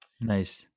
Nice